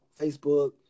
Facebook